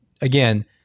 again